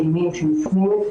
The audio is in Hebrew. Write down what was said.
שהופנו,